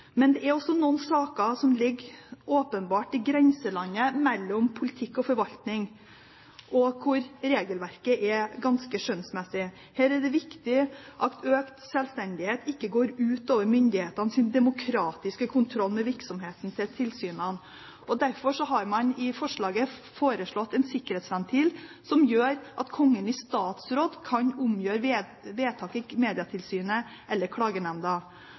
Men det er også noen saker som åpenbart ligger i grenselandet mellom politikk og forvaltning, og hvor regelverket er ganske skjønnsmessig. Her er det viktig at økt sjølstendighet ikke går ut over myndighetenes demokratiske kontroll med virksomheten til tilsynene. Derfor har man foreslått en sikkerhetsventil som gjør at Kongen i statsråd kan omgjøre vedtak i Medietilsynet eller klagenemnda.